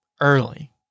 early